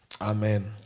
Amen